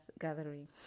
gathering